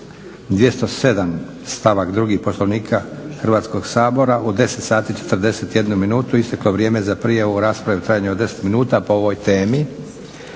207. stavak 2. Poslovnika Hrvatskog sabora u 10,41 isteklo vrijeme za prijavu o raspravi u trajanju od 10 minuta po ovoj temi.